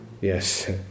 yes